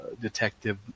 detective